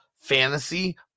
fantasy